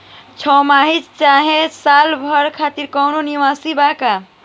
छमाही चाहे साल भर खातिर कौनों निवेश बा का?